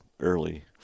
early